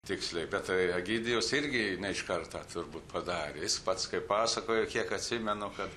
tiksliai bet tai egidijaus irgi ne iš karto turbūt padarė jis pats kaip pasakojo kiek atsimenu kad